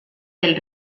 del